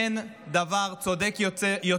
אין דבר צודק יותר